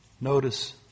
Notice